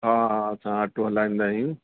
हा असां ऑटो हलाईंदा आहियूं